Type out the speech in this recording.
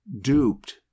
duped